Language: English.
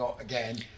again